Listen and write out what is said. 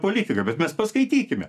politika bet mes paskaitykime